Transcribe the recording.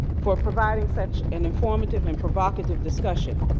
for providing such an informative and provocative discussion.